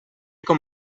com